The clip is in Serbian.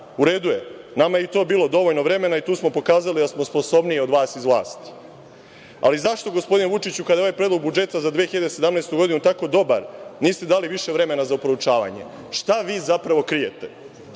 U redu je, nama je i to bilo dovoljno vremena, i tu smo pokazali da smo sposobniji od vas iz vlasti. Ali, zašto, gospodine Vučiću kada je ovaj predlog budžeta za 2017. godinu tako dobar, niste dali više vremena za proučavanje. Šta vi zapravo krijete? Krijete